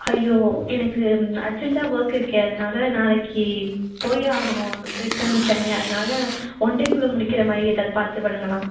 ஹையோ எனக்கு அர்ஜென்ட்டாக ஒர்க் இருக்கே அதனால் நாளைக்கு போயே ஆகணும் ரிட்டர்ன் சென்னை அதனால் ஒன் டேக்குள்ளே முடிக்கிறமாதிரி ஏதாவது பார்த்து பண்ணுங்களேன்